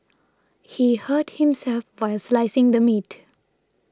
he hurt himself while slicing the meat